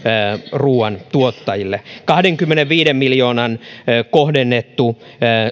ruuantuottajille kahdenkymmenenviiden miljoonan kohdennettu